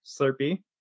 Slurpee